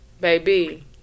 Baby